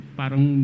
parang